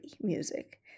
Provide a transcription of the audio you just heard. music